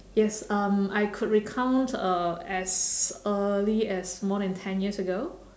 yes um I could recount uh as early as more than ten years ago